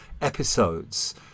episodes